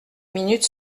minutes